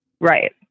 Right